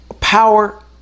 power